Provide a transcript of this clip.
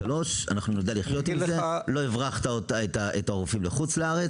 אנחנו נדע לחיות עם זה ולא הברחת את הרופאים לחו"ל?